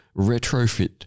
retrofit